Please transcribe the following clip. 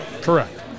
Correct